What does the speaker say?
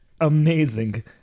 amazing